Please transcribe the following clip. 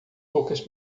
poucas